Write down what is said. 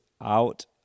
out